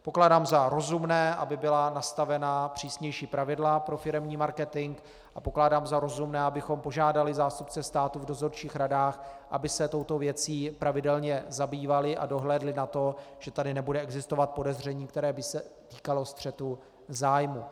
Pokládám za rozumné, aby byla nastavena přísnější pravidla pro firemní marketing, a pokládám za rozumné, abychom požádali zástupce státu v dozorčích radách, aby se touto věcí pravidelně zabývali a dohlédli na to, že tady nebude existovat podezření, které by se týkalo střetu zájmů.